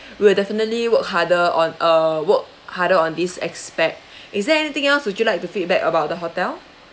we will definitely work harder on uh work harder on this aspect is there anything else would you like to feedback about the hotel